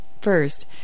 First